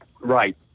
Right